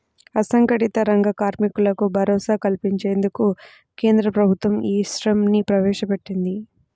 అసంఘటిత రంగ కార్మికులకు భరోసా కల్పించేందుకు కేంద్ర ప్రభుత్వం ఈ శ్రమ్ ని ప్రవేశపెట్టింది